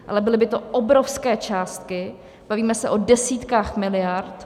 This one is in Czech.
Ale byly by to obrovské částky, bavíme se o desítkách miliard.